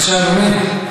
בבקשה, אדוני.